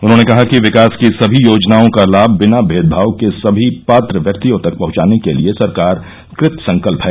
उन्हॉने कहा कि विकास की समी योजनाओ का लाभ बिना भेदभाव के सभी पात्र व्यक्तियों तक पहुंचाने के लिये सरकार कृतसंकल्प है